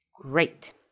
Great